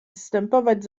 zstępować